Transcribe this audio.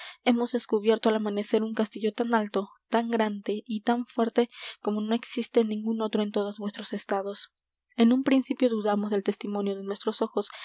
hemos descubierto al amanecer un castillo tan alto tan grande y tan fuerte como no existe ningún otro en todos vuestros estados en un principio dudamos del testimonio de nuestros ojos